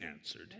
answered